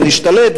השתלט,